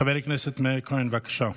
חבר הכנסת מאיר כהן, בבקשה.